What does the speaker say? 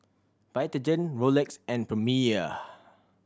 Vitagen Rolex and Premier